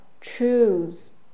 choose